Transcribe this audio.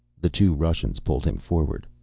the two russians pulled him forward.